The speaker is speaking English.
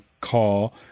call